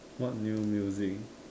what new music